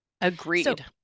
Agreed